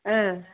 ஆ